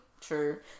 True